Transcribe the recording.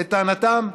לטענתם,